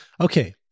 Okay